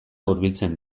hurbiltzen